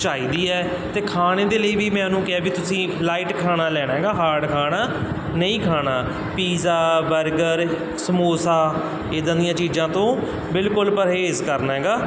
ਚਾਹੀਦੀ ਹੈ ਅਤੇ ਖਾਣੇ ਦੇ ਲਈ ਵੀ ਮੈਂ ਉਹਨੂੰ ਕਿਹਾ ਵੀ ਤੁਸੀਂ ਲਾਈਟ ਖਾਣਾ ਲੈਣਾ ਹੈਗਾ ਹਾਰਡ ਖਾਣਾ ਨਹੀਂ ਖਾਣਾ ਪੀਜ਼ਾ ਬਰਗਰ ਸਮੋਸਾ ਇੱਦਾਂ ਦੀਆਂ ਚੀਜ਼ਾਂ ਤੋਂ ਬਿਲਕੁਲ ਪਰਹੇਜ਼ ਕਰਨਾ ਹੈਗਾ